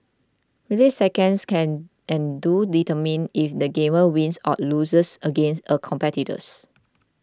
milliseconds can and do determine if the gamer wins or loses against a competitor